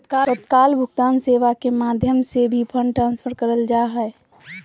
तत्काल भुगतान सेवा के माध्यम से भी फंड ट्रांसफर करल जा हय